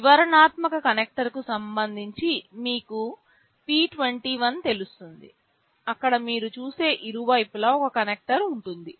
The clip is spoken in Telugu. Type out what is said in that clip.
వివరణాత్మక కనెక్టర్కు సంబంధించి మీకు p 21 తెలుస్తుంది అక్కడ మీరు చూసే ఇరువైపులా ఒక కనెక్టర్ ఉంటుంది